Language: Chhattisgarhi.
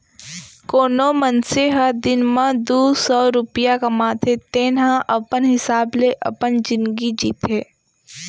कोनो मनसे ह दिन म दू सव रूपिया कमाथे तेन ह अपन हिसाब ले अपन जिनगी जीथे